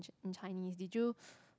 in Chinese did you